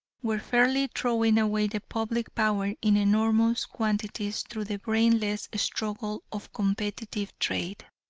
were fairly throwing away the public power in enormous quantities through the brainless struggle of competitive trade.